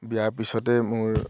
বিয়াৰ পিছতে মোৰ